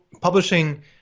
publishing